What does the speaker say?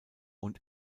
und